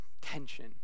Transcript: tension